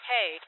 Hey